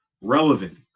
relevant